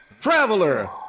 Traveler